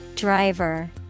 driver